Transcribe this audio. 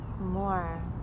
more